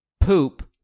poop